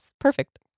perfect